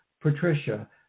Patricia